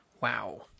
Wow